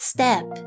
Step